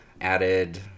added